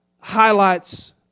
highlights